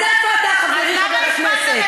אז איפה אתה, חברי חבר הכנסת?